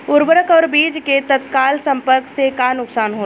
उर्वरक और बीज के तत्काल संपर्क से का नुकसान होला?